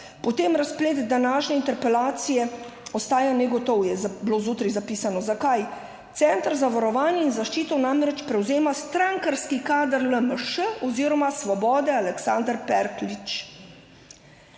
potem razplet današnje interpelacije ostaja negotov, je bilo zjutraj zapisano. Zakaj? Center za varovanje in zaščito namreč prevzema strankarski kader LMŠ oziroma Svobode Aleksander Perklič.